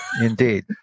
Indeed